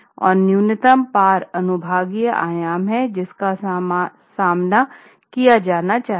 और न्यूनतम पार अनुभागीय आयाम हैं जिसका सम्मान किया जाना चाहिए